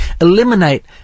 eliminate